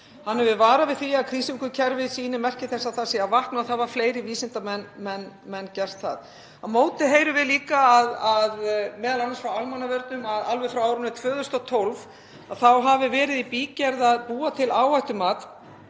Hann hefur varað við því að Krýsuvíkurkerfið sýni merki þess að það sé að vakna og það hafa fleiri vísindamenn gert. Á móti heyrum við líka, m.a. frá almannavörnum, að alveg frá árinu 2012 hafi verið í bígerð að búa til áhættumat